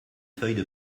feuille